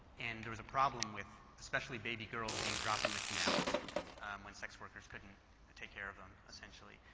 and there is a problem with especially baby girls being dropped in the canals when sex workers couldn't take care of them essentially.